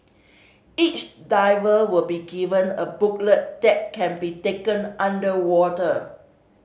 each diver will be given a booklet that can be taken underwater